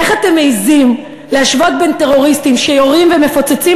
איך אתם מעזים להשוות בין טרוריסטים שיורים ומפוצצים